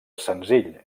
senzill